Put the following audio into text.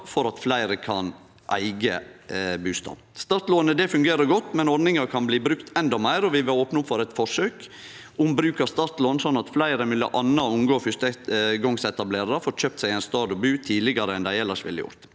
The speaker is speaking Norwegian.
for at fleire kan eige bustad. Startlånet fungerer godt, men ordninga kan bli brukt endå meir. Vi vil opne opp for eit forsøk med bruk av startlån sånn at fleire, m.a. unge og fyrstegongsetablerarar, får kjøpt seg ein stad å bu tidlegare enn dei elles ville gjort.